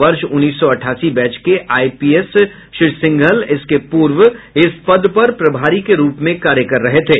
वर्ष उन्नीस सौ अठासी बैच के आईपीएस श्री सिंघल इसके पूर्व इस पद पर प्रभारी के रूप में कार्य कर रहे थे